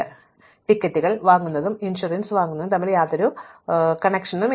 ഇപ്പോൾ ടിക്കറ്റുകൾ വാങ്ങുന്നതും ഇൻഷുറൻസ് വാങ്ങുന്നതും തമ്മിൽ യാതൊരു ആശ്രയത്വവുമില്ല